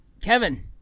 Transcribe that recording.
Kevin